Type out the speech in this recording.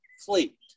fleet